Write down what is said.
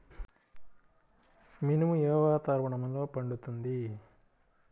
మినుము ఏ వాతావరణంలో పండుతుంది?